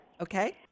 Okay